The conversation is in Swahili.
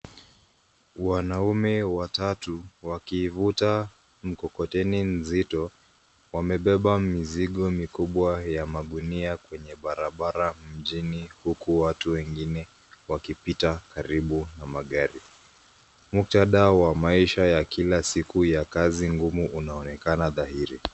Wanaume watatu wakivuta mkokoteni nzito, wamebeba mizigo mikubwa ya magunia kwenye barabara mjini huku watu wengine wakipita karibu na magari. Muktadha wa maisha ya kila siku ya kazi ngumu unaonekana dhahiri.